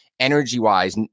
Energy-wise